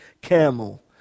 camel